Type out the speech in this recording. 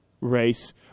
race